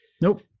nope